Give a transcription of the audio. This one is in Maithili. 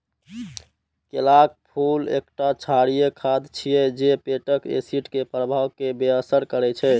केलाक फूल एकटा क्षारीय खाद्य छियै जे पेटक एसिड के प्रवाह कें बेअसर करै छै